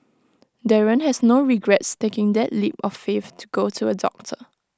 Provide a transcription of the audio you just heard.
Darren has no regrets taking that leap of faith to go to A doctor